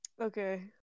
Okay